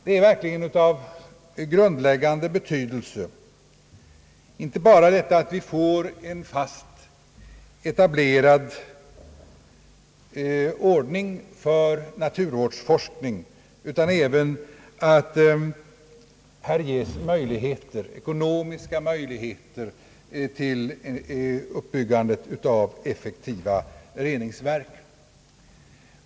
Det är verkligen av grundläggande betydelse inte bara att vi får en fast etablerad ordning för naturvårdsforskning utan även att här ges ekonomiska möjligheter till uppbyggandet av effektiva reningsverk.